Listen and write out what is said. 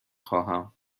خواهم